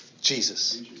Jesus